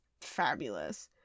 fabulous